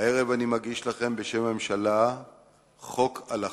הערב אני מגיש לכם בשם הממשלה חוק על החוב,